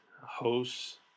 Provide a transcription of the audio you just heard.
hosts